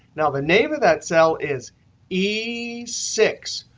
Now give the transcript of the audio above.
now, the name of that cell is e six.